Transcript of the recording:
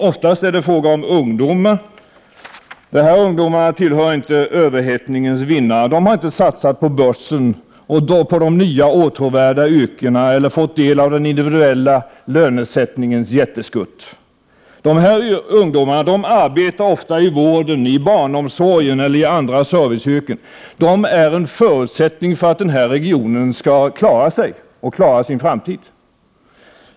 Oftast är det fråga om ungdomar. De här ungdomarna tillhör inte överhettningens vinnare. De har inte satsat på börsen eller på de nya åtråvärda yrkena eller fått del av den individuella lönesättningens jätteskutt. De här ungdomarna arbetar ofta i vården, i barnomsorgen eller i andra serviceyrken. De är en förutsättning för att den här regionen skall klara sig och sin framtid.